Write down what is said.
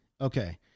Okay